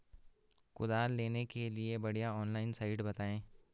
कुदाल लेने के लिए बढ़िया ऑनलाइन साइट बतायें?